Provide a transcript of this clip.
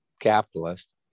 capitalist